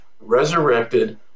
resurrected